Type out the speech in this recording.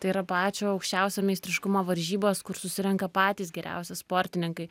tai yra pačio aukščiausio meistriškumo varžybos kur susirenka patys geriausi sportininkai